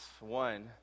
one